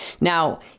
Now